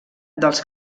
dels